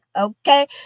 Okay